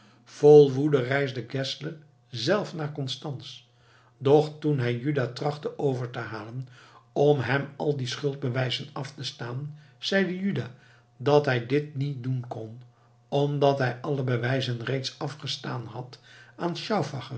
vol woede reisde geszler zelf naar constanz doch toen hij juda trachtte over te halen om hem al die schuldbewijzen af te staan zeide juda dat hij dit niet doen kon omdat hij alle bewijzen reeds afgestaan had aan stauffacher